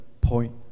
point